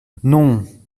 non